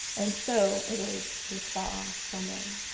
and so it is with fa'asamoa.